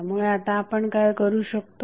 त्यामुळे आता आपण काय करू शकतो